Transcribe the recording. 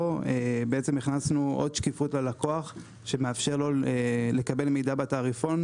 פה הכנסנו עוד שקיפות ללקוח שמאפשר לו לקבל מידע בתעריפון,